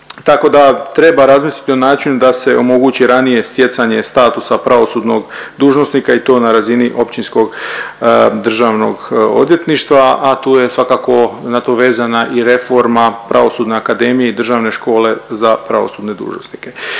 Tako da treba razmisliti o načinu da se omogući ranije stjecanje statusa pravosudnog dužnosnika i to na razini općinskog državnog odvjetništva, a tu je svakako na to vezana i reforma Pravosudne akademije i Državne škole za pravosudne dužnosnike.